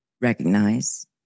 recognize